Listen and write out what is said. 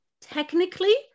technically